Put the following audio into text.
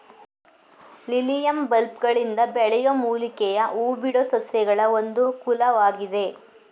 lilium ಬಲ್ಬ್ಗಳಿಂದ ಬೆಳೆಯೋ ಮೂಲಿಕೆಯ ಹೂಬಿಡೋ ಸಸ್ಯಗಳ ಒಂದು ಕುಲವಾಗಿದೆ